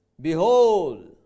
Behold